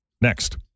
Next